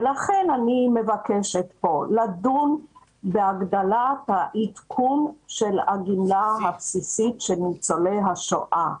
ולכן אני מבקשת לדון בהגדלת העדכון של הגמלה הבסיסית של ניצולי השואה.